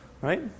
Right